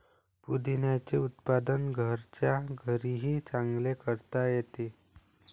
पुदिन्याचे उत्पादन घरच्या घरीही चांगले करता येते